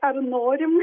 ar norim